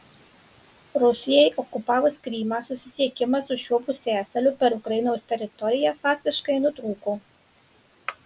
rusijai okupavus krymą susisiekimas su šiuo pusiasaliu per ukrainos teritoriją faktiškai nutrūko